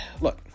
look